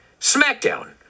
SmackDown